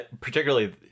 particularly